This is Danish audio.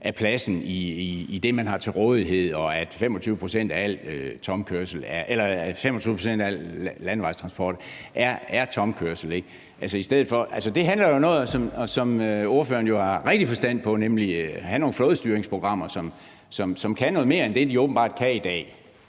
af den plads, man har til rådighed, og når 25 pct. af al landevejstransport i EU er tomkørsel, som kunne udnyttes i stedet for. Altså, det handler jo om noget, som ordføreren har rigtig meget forstand på, nemlig at have nogle flådestyringsprogrammer, som kan noget mere end det, de åbenbart kan i dag.